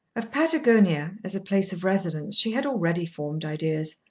of patagonia, as a place of residence, she had already formed ideas.